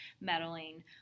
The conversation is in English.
meddling